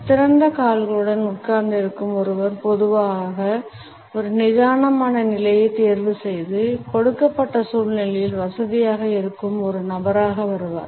திறந்த கால்களுடன் உட்கார்ந்திருக்கும் ஒருவர் பொதுவாக ஒரு நிதானமான நிலையைத் தேர்வுசெய்து கொடுக்கப்பட்ட சூழ்நிலையில் வசதியாக இருக்கும் ஒரு நபராக வருவார்